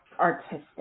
artistic